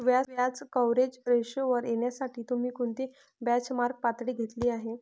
व्याज कव्हरेज रेशोवर येण्यासाठी तुम्ही कोणती बेंचमार्क पातळी घेतली आहे?